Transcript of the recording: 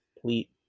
complete